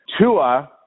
Tua